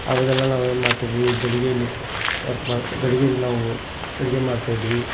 ಆವಾಗೆಲ್ಲ ನಾವೇನು ಮಾಡ್ತಿದ್ವಿ ಗಡಿಗೇಲಿ ವರ್ಕ್ ಮಾಡಿ ಗಡಿಗೇಲಿ ನಾವು ಅಡುಗೆ ಮಾಡ್ತಾಯಿದ್ವಿ